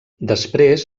després